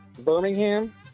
Birmingham